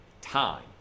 time